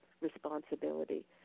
responsibility